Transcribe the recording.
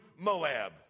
Moab